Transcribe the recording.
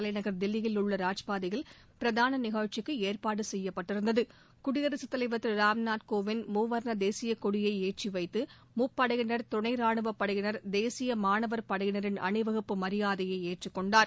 தலைநகர் தில்லியில் உள்ள ராஜபாதையில் பிரதான நிகழ்ச்சிக்கு ஏற்பாடு செய்யப்பட்டிருந்தது குடியரசுத்தலைவர் திரு ராம்நாத் கோவிந்த் மூவண்ண தேசிய கொடியை ஏற்றி வைத்து முப்படையினர் துணை ரானுவப் படையினர் தேசிய மாணவர் படையினரின் அணிவகுப்பு மரியாதையை ஏற்றுக் கொண்டார்